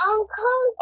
Uncle